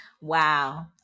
Wow